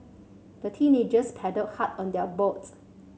the teenagers paddled hard on their boats